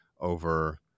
over